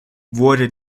wurde